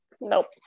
Nope